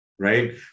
right